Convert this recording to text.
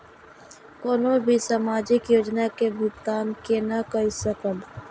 कोनो भी सामाजिक योजना के भुगतान केना कई सकब?